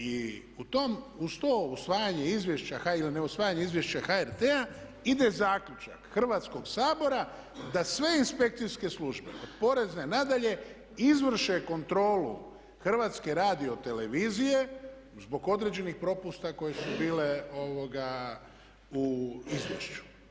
I uz to usvajanje izvješća ili ne usvajanje izvješća HRT-a ide zaključak Hrvatskog sabora da sve inspekcijske službe od porezne na dalje izvrše kontrolu HRT-a zbog određenih propusta koji su bili u izvješću.